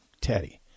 Teddy